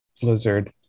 blizzard